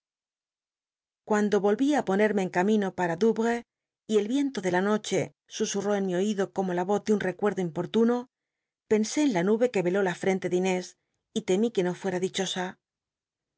habitual lví á ponerme en camino para doucuando o t'cs y el icnlo de la noche susurró en mi oído como la voz de un recuerdo importuno pensé en la nube que eló la frente de inés y temí que no fueta dichosa